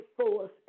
force